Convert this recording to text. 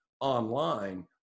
online